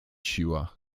siła